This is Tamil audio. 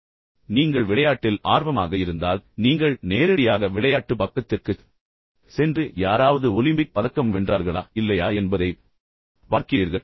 எனவே அல்லது நீங்கள் விளையாட்டில் ஆர்வமாக இருந்தால் நீங்கள் நேரடியாக விளையாட்டு பக்கத்திற்குச் சென்று யாராவது ஒலிம்பிக் பதக்கம் வென்றார்களா இல்லையா என்பதைப் பார்க்கிறீர்கள்